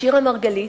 שירה מרגלית,